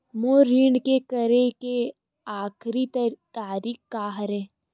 मोर ऋण के करे के आखिरी तारीक का हरे?